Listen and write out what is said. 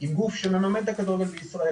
עם גוף שמממן את הכדורגל בישראל,